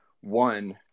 one